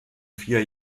vier